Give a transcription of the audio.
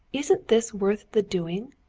isn't this worth the doing?